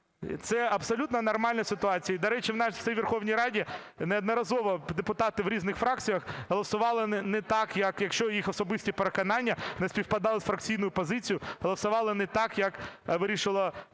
Це абсолютно нормальна ситуація. І, до речі, у нас в цій Верховній Раді неодноразово депутати в різних фракціях голосували не так, якщо їх особисті переконання не співпадали з фракційною позицією, голосували не так, як вирішила